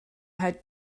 her